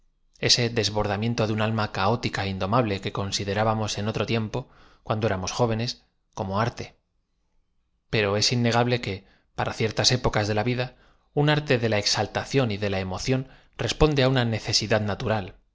ee desbordamiento de un alm a caótica é indomable que considerábamos en otru tiempo cuan do éramos fóvenea como arte p ero es innegable que para ciertas épocas de la vida un arte de la exaltación y de la emoción responde uoa necesidad natural